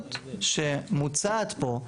האפשרות שמוצעת פה,